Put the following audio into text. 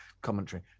commentary